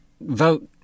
vote